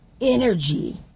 energy